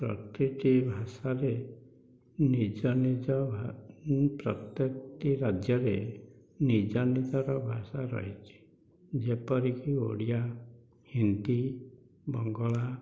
ପ୍ରତିଟି ଭାଷାରେ ନିଜ ନିଜ ପ୍ରତ୍ୟକଟି ରାଜ୍ୟରେ ନିଜ ନିଜର ଭାଷା ରହିଛି ଯେପରିକି ଓଡ଼ିଆ ହିନ୍ଦୀ ବଙ୍ଗଳା